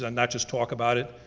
ah not just talk about it,